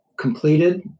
completed